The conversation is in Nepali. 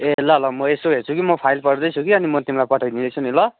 ए ल ल म यसो हेर्छु कि म फाइल पढ्दैछु अनि म तिमीलाई पठाइदिँदैछु नि ल